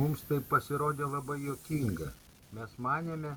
mums tai pasirodė labai juokinga mes manėme